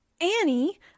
Annie